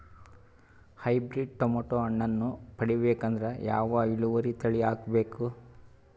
Hybrid tomato ಹಣ್ಣನ್ನ ಪಡಿಬೇಕಂದರ ಯಾವ ಇಳುವರಿ ತಳಿ ಹಾಕಬೇಕು?